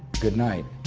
good night.